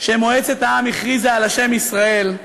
שמועצת העם הכריזה על השם ישראל,